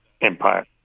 empire